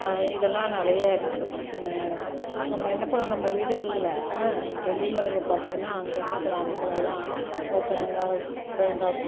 இதெல்லாம் நிறையா இருக்கு நம்ம என்ன பண்ணணும் நம்ம வீடுகளில் வெளியில் வந்து பார்த்திங்கன்னா அங்கங்கே கிராமங்கள்லலாம் அதான் தேங்காய் தேங்காய்